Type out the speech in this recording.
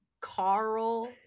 carl